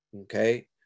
okay